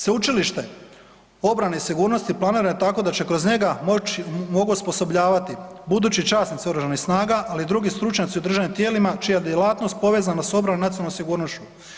Sveučilište obrane i sigurnosti planirano je tako da se kroz njega mogu osposobljavati budući časnici OS-a ali i drugi stručnjaci u državnim tijelima čija je djelatnost povezana sa obranom i nacionalnom sigurnošću.